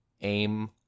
aim